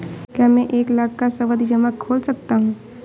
क्या मैं एक लाख का सावधि जमा खोल सकता हूँ?